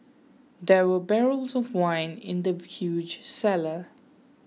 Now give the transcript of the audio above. there were barrels of wine in the huge cellar